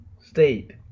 state